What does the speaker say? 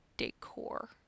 Decor